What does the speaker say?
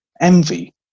envy